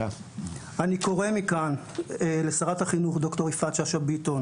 אני קורא מכאן לשרת החינוך ד"ר יפעת שאשא ביטון